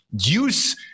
Use